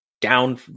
down